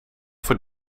voor